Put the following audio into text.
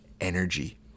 energy